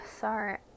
sorry